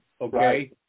Okay